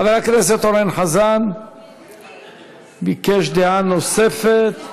חבר הכנסת אורן חזן ביקש, דעה נוספת.